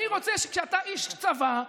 אני רוצה שכשאתה איש צבא,